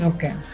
Okay